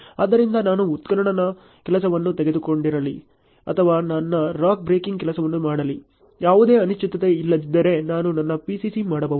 ಆದ್ದರಿಂದ ನಾನು ಉತ್ಖನನ ಕೆಲಸವನ್ನು ತೆಗೆದುಕೊಂಡಿರಲಿ ಅಥವಾ ನನ್ನ ರಾಕ್ ಬ್ರೇಕಿಂಗ್ ಕೆಲಸವನ್ನು ಮಾಡಲಿ ಯಾವುದೇ ಅನಿಶ್ಚಿತತೆ ಇಲ್ಲದಿದ್ದರೆ ನಾನು ನನ್ನ PCC ಮಾಡಬಹುದು